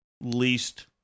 least